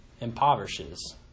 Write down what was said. impoverishes